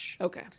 Okay